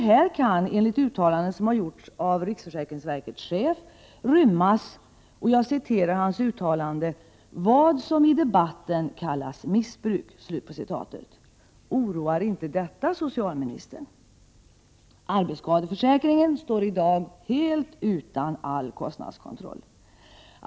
Här kan enligt uttalande som har gjorts av riksförsäkringsverkets chef rymmas ”vad som i debatten kallas missbruk”. Oroar inte detta socialministern? Arbetsskadeförsäkringen står i dag helt utanför all kostnadskontroll.